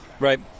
right